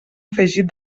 afegit